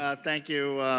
ah thank you